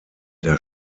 der